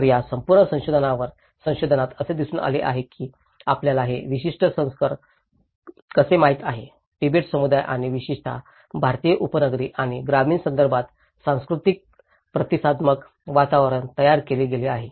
तर या संपूर्ण संशोधनावरील संशोधनात असे दिसून आले आहे की आपल्याला हे विशिष्ट संकर कसे माहित आहे तिबेटी समुदाय आणि विशेषत भारतीय उपनगरी आणि ग्रामीण संदर्भात सांस्कृतिक प्रतिसादात्मक वातावरण तयार केले गेले आहे